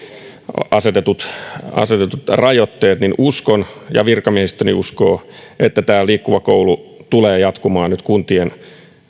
asetetut asetetut rajoitteet niin uskon ja virkamiehistöni uskoo että tämä liikkuva koulu tulee jatkumaan nyt kuntien